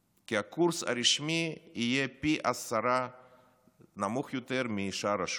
כי הקורס הרשמי יהיה נמוך פי עשרה משער השוק.